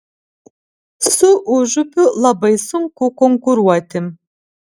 su užupiu labai sunku konkuruoti